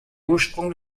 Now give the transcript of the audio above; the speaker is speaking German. ursprung